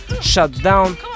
Shutdown